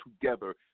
together